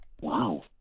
Wow